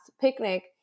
picnic